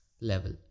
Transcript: level